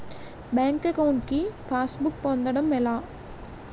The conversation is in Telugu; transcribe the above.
బ్యాంక్ అకౌంట్ కి పాస్ బుక్ పొందడం ఎలా?